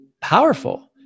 powerful